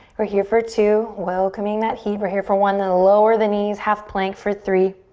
we're here for two. welcoming that heat. we're here for one. then lower the knees, half plank for three,